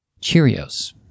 Cheerios